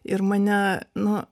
ir mane nu